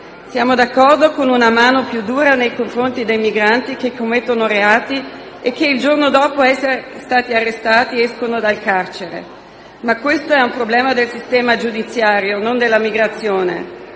Siamo d'accordo con una mano più dura nei confronti dei migranti che commettono reati e che il giorno dopo essere stati arrestati escono dal carcere. Ma questo è un problema del sistema giudiziario, non della migrazione.